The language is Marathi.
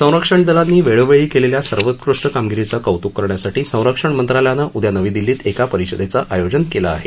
संरक्षण दलांनी वेळोवेळी केलेल्या सर्वोत्कृष्ट कामगिरीचं कौत्क करण्यासाठी संरक्षण मंत्रालयानं उद्या नवी दिल्लीत एका परिषदेचं आयोजन केलं आहे